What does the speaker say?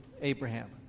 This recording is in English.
Abraham